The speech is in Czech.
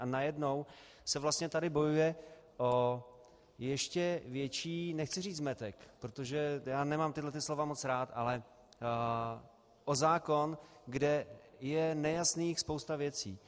A najednou se vlastně tady bojuje o ještě větší nechci říci zmetek, protože já nemám tahle slova moc rád, ale o zákon, kde je nejasných spousta věcí.